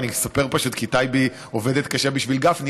אני מספר פשוט כי טייבי עובדת קשה בשביל גפני,